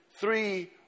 three